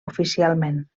oficialment